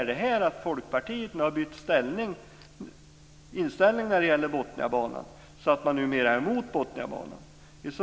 Innebär detta att Folkpartiet nu har bytt inställning när det gäller Botniabanan, så att man numera är emot den?